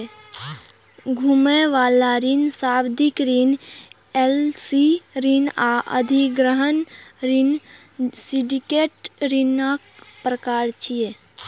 घुमै बला ऋण, सावधि ऋण, एल.सी ऋण आ अधिग्रहण ऋण सिंडिकेट ऋणक प्रकार छियै